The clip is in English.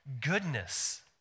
goodness